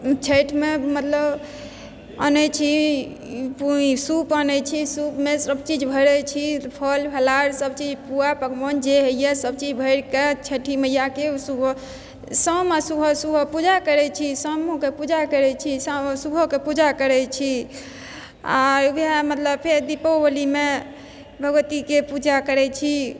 छैठमे मतलब आनै छी सूप आनै छी सूपमे सबचीज भरै छी फल फलहार सबचीज पुआ पकवान जे होइए सबचीज भरिकऽ छठी मैयाके सुबह शाम आओर सुबह पूजा करै छी शामोके पूजा करै छी सुबहोके पूजा करै छी आओर वएह मतलब फेर दीपोवलीमे भगवतीके पूजा करै छी